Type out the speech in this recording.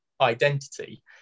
identity